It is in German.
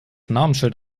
namensschild